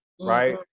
right